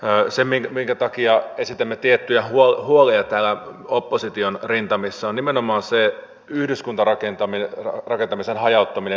se syy minkä takia esitämme tiettyjä huolia täällä opposition rintamissa on nimenomaan se yhdyskuntarakentamisen hajauttaminen